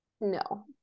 No